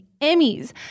Emmys